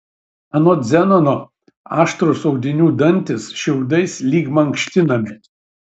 anot zenono aštrūs audinių dantys šiaudais lyg mankštinami